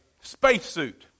spacesuit